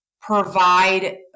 provide